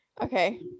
okay